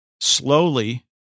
slowly